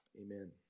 Amen